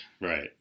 Right